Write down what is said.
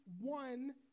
one